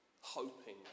hoping